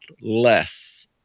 less